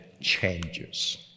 changes